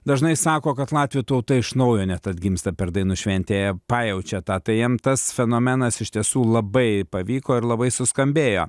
dažnai sako kad latvių tauta iš naujo net atgimsta per dainų šventę jie pajaučia tą tai jiem tas fenomenas iš tiesų labai pavyko ir labai suskambėjo